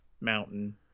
mountain